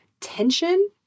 tension